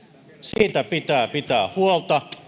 siitä pitää pitää huolta